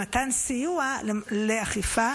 למתן סיוע לאכיפה